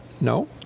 No